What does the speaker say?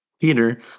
Peter